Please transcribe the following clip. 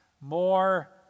more